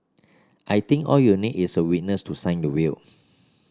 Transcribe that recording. I think all you need is a witness to sign the will